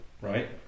right